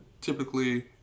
typically